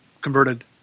converted